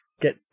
get